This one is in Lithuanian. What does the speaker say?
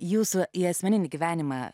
jūsų į asmeninį gyvenimą